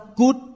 good